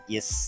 Yes